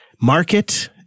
market